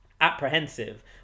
apprehensive